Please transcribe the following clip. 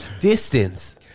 Distance